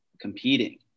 competing